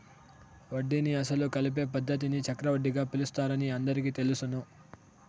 వడ్డీని అసలు కలిపే పద్ధతిని చక్రవడ్డీగా పిలుస్తారని అందరికీ తెలుసును